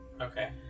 Okay